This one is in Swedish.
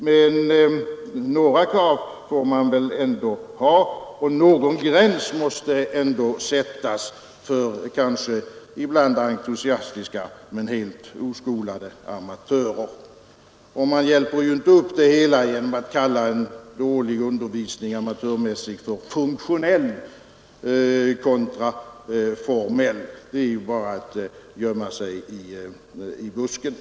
Men några krav får man väl ha, och någon gräns måste ändå sättas för kanske ibland entusiastiska men helt oskolade amatörer. Och man hjälper inte upp det hela genom att kalla en dålig och amatörmässig undervisning för funktionell kontra formell. Det är ju bara att gömma sig i busken.